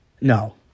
No